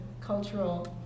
cultural